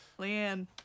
Leanne